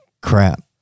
crap